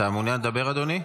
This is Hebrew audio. אתה מעוניין לדבר, אדוני?